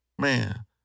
man